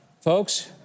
Folks